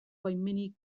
baimenik